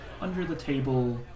under-the-table